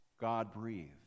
God-breathed